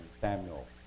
Samuel